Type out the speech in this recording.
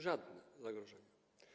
Żadne zagrożenie.